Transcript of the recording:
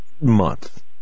month